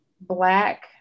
black